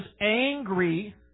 angry